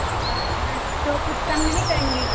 अच्छा तो कुछ कम नहीं करेंगी